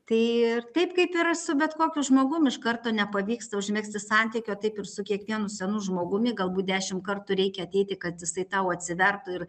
tai ir taip kaip yra su bet kokiu žmogum iš karto nepavyksta užmegzti santykio taip ir su kiekvienu senu žmogumi galbūt dešimt kartų reikia ateiti kad jisai tau atsivertų ir